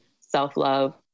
self-love